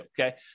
okay